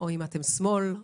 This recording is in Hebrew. שמאל,